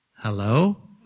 Hello